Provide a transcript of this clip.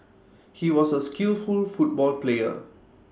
he was A skillful football player